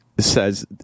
says